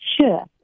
Sure